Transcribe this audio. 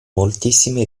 moltissime